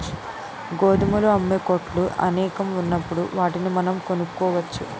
గోధుమలు అమ్మే కొట్లు అనేకం ఉన్నప్పుడు వాటిని మనం కొనుక్కోవచ్చు